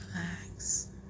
relax